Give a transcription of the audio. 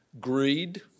greed